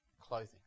clothing